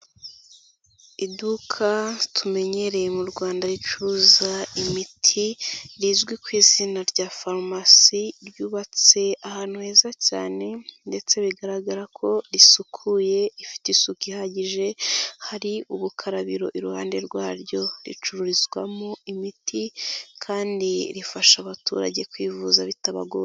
Iduka tumenyereye mu Rwanda ricuruza imiti rizwi ku izina rya farumasi ryubatse ahantu heza cyane ndetse bigaragara ko risukuye ifite isuku ihagije hari ubukarabiro iruhande rwaryo ricururizwamo imiti kandi rifasha abaturage kwivuza bitabagoye.